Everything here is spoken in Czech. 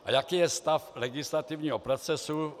A jaký je stav legislativního procesu?